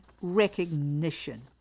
recognition